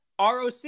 ROC